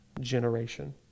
generation